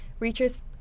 Reacher's